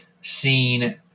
seen